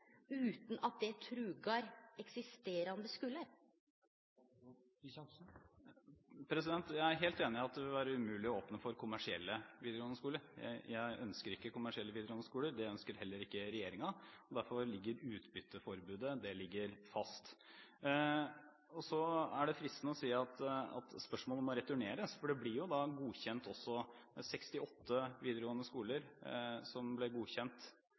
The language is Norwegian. Jeg er helt enig i at det vil være umulig å åpne for kommersielle videregående skoler. Jeg ønsker ikke kommersielle videregående skoler, det ønsker heller ikke regjeringen. Derfor ligger utbytteforbudet fast. Det er fristende å si at spørsmålet må returneres, for det var 68 videregående skoler som ble godkjent